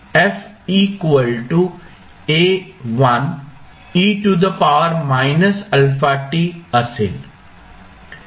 जिथे A1 constant आहे